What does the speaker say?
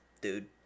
dude